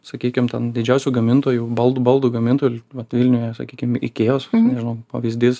sakykim ten didžiausių gamintojų baldų baldų gamintojų vat vilniuje sakykim ikėjos nežinau pavyzdys